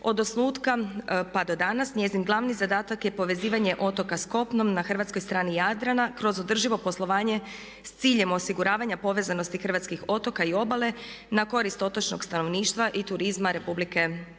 Od osnutka pa do danas njezin glavni zadatak je povezivanje otoka sa kopnom na hrvatskoj strani Jadrana kroz održivo poslovanje s ciljem osiguravanja povezanosti hrvatskih otoka i obale na korist otočnog stanovništva i turizma Republike